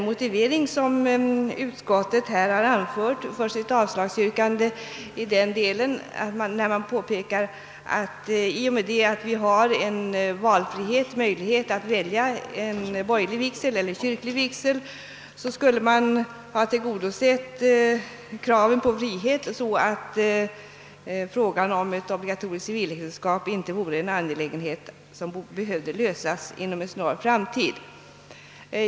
motivering som utskottet anfört för sitt avslagsyrkande i den del där det heter att i och med att vi har en valfrihet — en möjlighet att välja Borgerlig vigsel eller kyrklig vigsel — skulle kraven härvidlag ha tillgodosetts, så att frågan om ett obligatoriskt civiläktenskap inte: vore något problem som behövde. lösas inom en snar framtid.